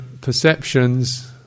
perceptions